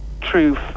truth